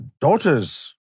daughters